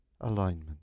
Alignment